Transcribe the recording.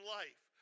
life